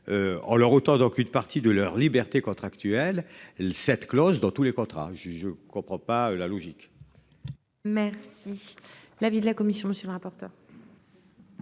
En leur ôtant donc une partie de leur liberté contractuelle le cette clause dans tous les contrats. Je comprends pas la logique. Merci. L'avis de la commission. Monsieur le rapporteur.